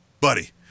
buddy